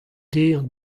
dezhañ